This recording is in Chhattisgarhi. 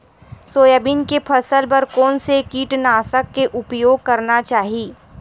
सोयाबीन के फसल बर कोन से कीटनाशक के उपयोग करना चाहि?